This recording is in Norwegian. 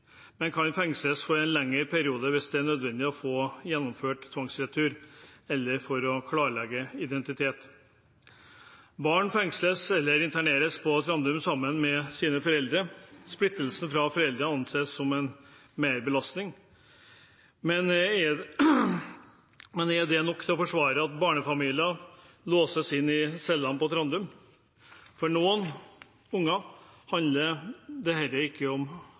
men kan fengsles for en lengre periode hvis det er nødvendig for å få gjennomført tvangsretur eller for å klarlegge identitet. Barn fengsles – eller interneres – på Trandum sammen med sine foreldre. Splittelse fra foreldrene anses som en merbelastning. Er det nok til å forsvare at barnefamilier låses inn i cellene på Trandum? For noen barn handler ikke dette om dramatiske timer, men om dager og uker. Kan vi forsvare at det